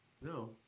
No